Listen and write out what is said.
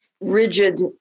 rigid